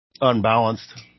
unbalanced